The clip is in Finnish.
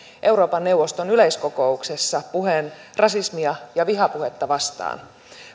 euroopan neuvoston yleiskokouksessa puheen rasismia ja vihapuhetta vastaan